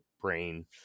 brain